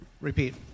Repeat